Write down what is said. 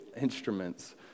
instruments